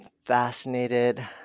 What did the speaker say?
fascinated